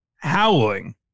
howling